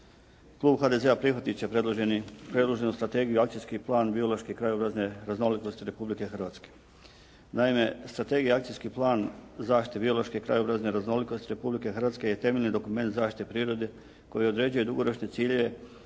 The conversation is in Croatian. Klub HDZ-a prihvatit će predloženu Strategiju i akcijski plan biološke krajobrazne raznolikosti Republike Hrvatske. Naime, Strategija i akcijski plan zaštite biološke krajobrazne raznolikosti Republike Hrvatske je temeljni dokument zaštite prirode koji određuje dugoročne ciljeve